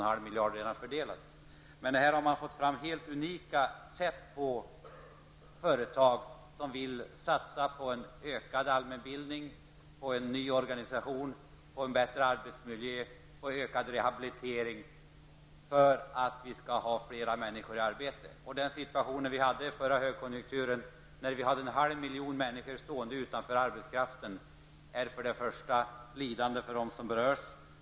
Man har genom arbetslivsfonden alltså fått fram helt unika sätt att stödja företag som vill satsa på ökad allmänbildning, en ny organisation, en bättre arbetsmiljö och ökad rehabilitering för att fler människor skall komma i arbete. En situation som den under den förra högkonjunkturen, med en halv miljon människor stående utanför arbetsmarknaden, innebär lidande för de berörda.